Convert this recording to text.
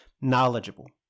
knowledgeable